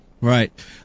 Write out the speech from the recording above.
Right